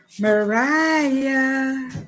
Mariah